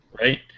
Right